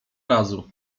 razu